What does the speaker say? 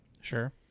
Sure